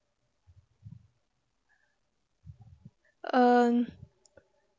um